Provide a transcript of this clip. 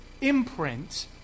imprint